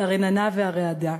הרננה והרעדה,